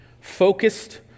focused